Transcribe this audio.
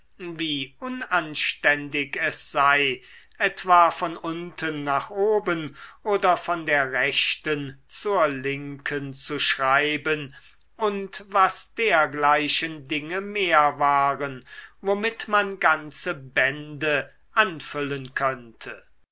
wie unanständig es sei etwa von unten nach oben oder von der rechten zur linken zu schreiben und was dergleichen dinge mehr waren womit man ganze bände anfüllen könnte